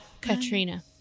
Katrina